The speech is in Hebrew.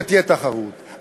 שתהיה תחרות,